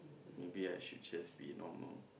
maybe I should just be normal